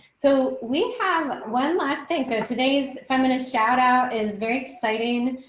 so we have one last thing. so today's feminist shout out is very exciting.